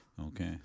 Okay